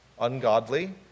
ungodly